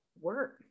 work